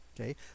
Okay